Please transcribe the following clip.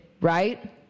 right